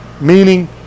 Meaning